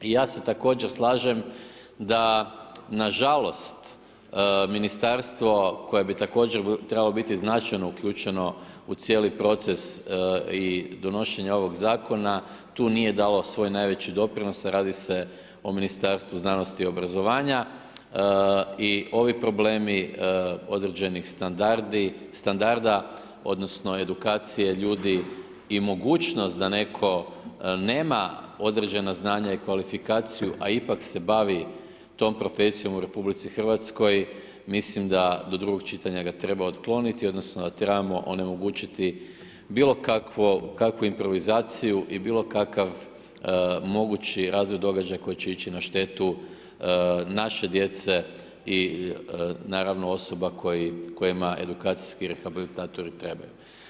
Ja se također slažem da nažalost ministarstvo koje bi također trebalo biti značajno uključeno u cijeli proces i donošenja ovoga zakona, tu nije dalo svoj najveći doprinos, radi se o Ministarstvu znanosti i obrazovanja i ovi problemi određenih standarda odnosno edukacije ljudi i mogućnost da netko nema određena znanja i kvalifikaciju a ipak se bavi tom profesijom u RH, mislim da do drugo čitanja ga treba otkloniti odnosno da trebamo onemogućiti bilokakvu improvizaciju i bilokakav mogući razvoj događaja koji će ići na štetu naše djece i naravno osoba kojima edukacijski rehabilitatori trebaju.